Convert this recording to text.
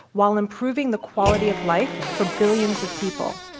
while improving the quality of life for billions of people.